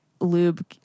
lube